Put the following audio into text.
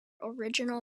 original